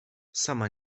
sama